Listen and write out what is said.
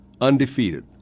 undefeated